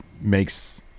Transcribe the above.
makes